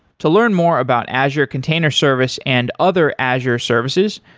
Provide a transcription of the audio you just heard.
to learn more about azure container service and other azure services,